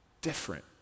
different